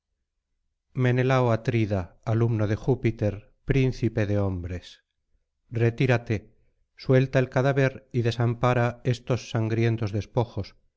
menelao atrida alumno de júpiter príncipe de hombres retírate suelta el cadáver y desampara estos sangrientos despojos